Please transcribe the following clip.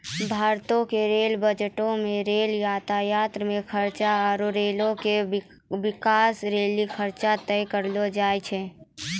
भारतो के रेल बजटो मे रेल यातायात मे खर्चा आरु रेलो के बिकास लेली खर्चा तय करलो जाय छै